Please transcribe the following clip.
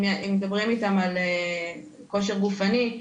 אם מדברים איתן על כושר גופני,